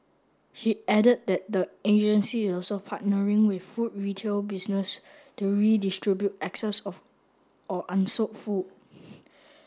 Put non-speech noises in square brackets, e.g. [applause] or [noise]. she added that the agency is also partnering with food retail businesses to redistribute excess or or unsold food [noise]